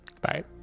Bye